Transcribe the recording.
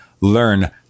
learn